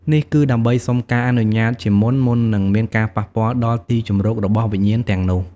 នេះគឺដើម្បីសុំការអនុញ្ញាតជាមុន មុននឹងមានការប៉ះពាល់ដល់ទីជម្រករបស់វិញ្ញាណទាំងនោះ។